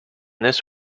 this